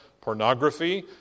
pornography